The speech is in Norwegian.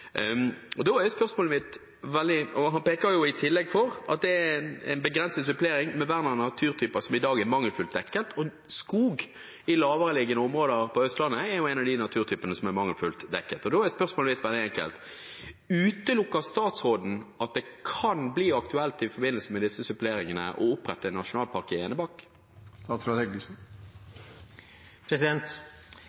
tillegg på at det er behov for en begrenset supplering med vern av naturtyper som i dag er mangelfullt dekket, og skog i lavereliggende områder på Østlandet er en av de naturtypene som er mangelfullt dekket. Da er spørsmålet mitt veldig enkelt: Utelukker statsråden at det kan bli aktuelt i forbindelse med disse suppleringene å opprette nasjonalpark i